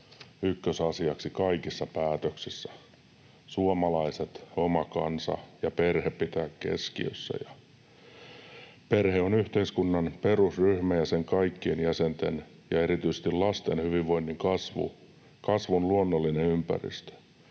ykkösasiaksi kaikissa päätöksissä, suomalaiset, oma kansa ja perhe pitää keskiössä. Perhe on yhteiskunnan perusryhmä ja sen kaikkien jäsenten ja erityisesti lasten hyvinvoinnin kasvun luonnollinen ympäristö.